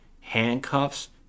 handcuffs